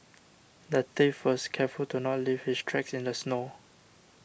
the thief was careful to not leave his tracks in the snow